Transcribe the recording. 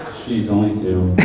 she's only two.